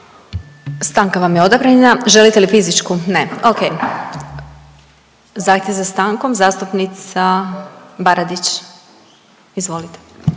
Stanka vam je odobrena. Želite li fizičku? Ne. O.k. Zahtjev za stankom zastupnica Baradić, izvolite.